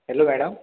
hello madam